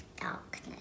darkness